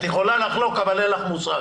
את יכולה לחלוק, אבל אין לך מושג.